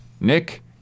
Nick